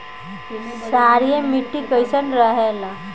क्षारीय मिट्टी कईसन रहेला?